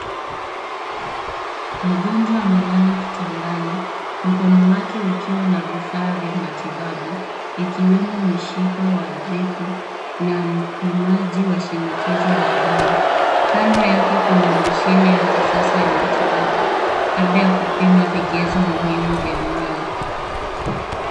Mgonjwa amelala kitandani, mkono wake ukiwa na vifaa vya matibabu, ikiwemo mshipa wa dripu na mpimaji wa shinikizo la damu. Kando yake kuna mashine ya kisasa ya matibabu, labda ya kupima vigezo muhimu vya mwili.